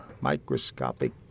microscopic